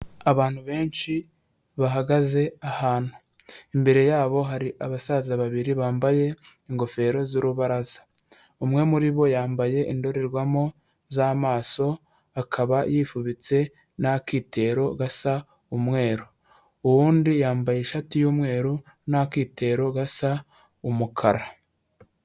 Abantu benshi bahagaze ahantu, imbere yabo hari abasaza babiri bambaye ingofero z'urubaraza, umwe muri bo yambaye indorerwamo z'amaso akaba yifubitse n'akitero gasa umweru, uwundi yambaye ishati y'umweru n'akitero gasa umukara.